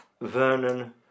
Vernon